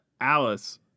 Alice